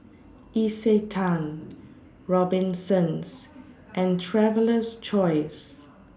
Isetan Robinsons and Traveler's Choice